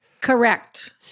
Correct